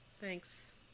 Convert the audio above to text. thanks